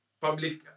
public